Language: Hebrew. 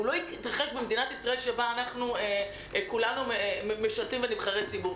הוא לא יתרחש במדינת ישראל שבה כולנו משרתים ונבחרי ציבור.